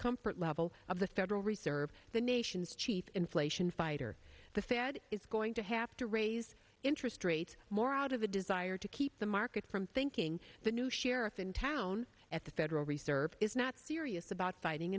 comfort level of the federal reserve the nation's chief inflation fight or the fed is going to have to raise interest rates more out of a desire to keep the markets from thinking the new sheriff in town at the federal reserve is not serious about fighting